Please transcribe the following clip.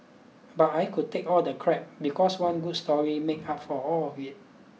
but I could take all the crap because one good story made up for all of it